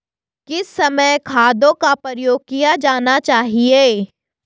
किस समय खादों का प्रयोग किया जाना चाहिए?